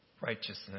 righteousness